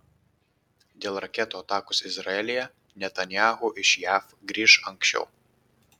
dėl raketų atakos izraelyje netanyahu iš jav grįš anksčiau